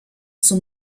zum